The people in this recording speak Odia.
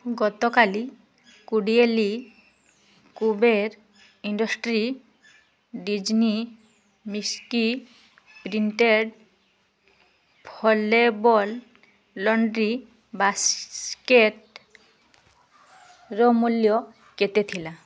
ଗତକାଲି କୋଡ଼ିଏ ଲି Kuber industries Disney Mickey printed foldable laundry ବାସ୍କେଟ୍ର ମୂଲ୍ୟ କେତେ ଥିଲା